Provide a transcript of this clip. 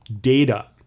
data